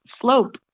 slope